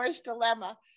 Dilemma